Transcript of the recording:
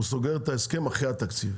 הוא סוגר את ההסכם אחרי התקציב.